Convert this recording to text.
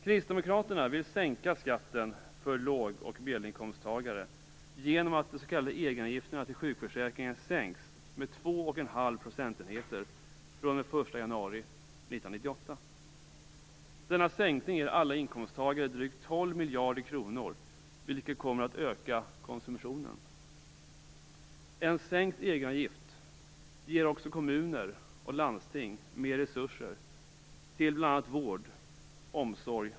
Kristdemokraterna vill sänka skatten för låg och medelinkomsttagare genom att de s.k. egenavgifterna till sjukförsäkringen sänks med 2 1⁄2 procentenheter fr.o.m. den 1 januari 1998. Denna sänkning ger alla inkomsttagare drygt 12 miljarder kronor, vilket kommer att öka konsumtionen.